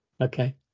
okay